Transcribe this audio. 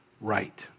right